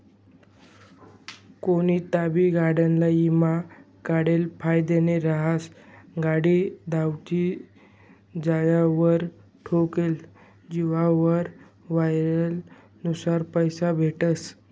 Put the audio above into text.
कोनतीबी गाडीना ईमा काढेल फायदाना रहास, गाडी दवडी जावावर, ठोकाई जावावर व्हयेल नुक्सानना पैसा भेटतस